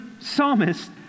psalmist